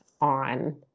on